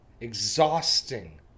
exhausting